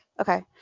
Okay